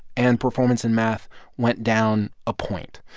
and performance in math went down a point